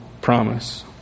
promise